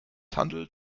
handelt